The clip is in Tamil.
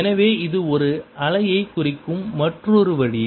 எனவே இது ஒரு அலையை குறிக்கும் மற்றொரு வழி